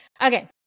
Okay